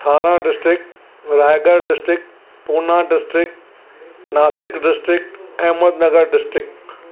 Thane district Raigad district Pune district Nashik district Ahmednagar district